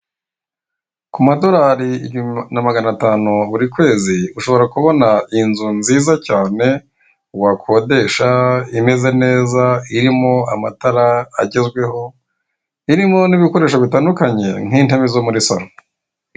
Ku madolari igihumbi n'amagana atanu buri kwezi ushobora kubona inzu nziza cyane wakodesha imeze neza irimo amatara agezweho, irimo n'ibikoresho bitandukanye nk'intebe zo muri saro.